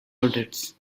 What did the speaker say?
orders